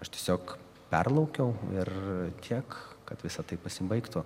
aš tiesiog perlaukiau ir tiek kad visa tai pasibaigtų